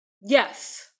Yes